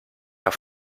auf